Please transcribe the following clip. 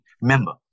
Remember